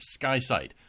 SkySight